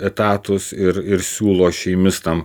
etatus ir ir siūlo šeimistam